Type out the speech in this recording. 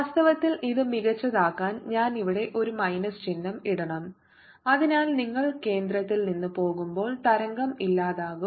വാസ്തവത്തിൽ ഇത് മികച്ചതാക്കാൻ ഞാൻ ഇവിടെ ഒരു മൈനസ് ചിഹ്നം ഇടണം Aexp kx vt2 അതിനാൽ നിങ്ങൾ കേന്ദ്രത്തിൽ നിന്ന് പോകുമ്പോൾ തരംഗo ഇല്ലാതാകും